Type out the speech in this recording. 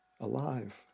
alive